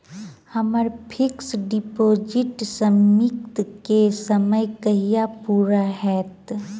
हम्मर fix deposit scheme केँ समय कहिया पूरा हैत?